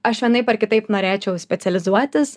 aš vienaip ar kitaip norėčiau specializuotis